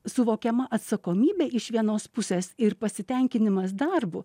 suvokiama atsakomybė iš vienos pusės ir pasitenkinimas darbu